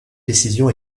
décision